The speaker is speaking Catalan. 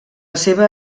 seva